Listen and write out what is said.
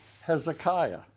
Hezekiah